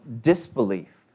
disbelief